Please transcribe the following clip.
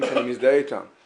היום יום שני כ"ה בכסלו